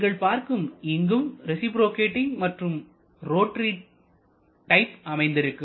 நீங்கள் பார்க்கும் இங்கும் ரேசிப்ரோகேட்டிங் மற்றும் ரோட்டரி டைப் அமைந்திருக்கும்